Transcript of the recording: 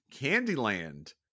Candyland